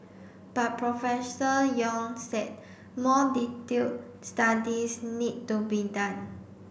but Professor Yong said more detailed studies need to be done